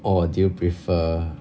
or do you prefer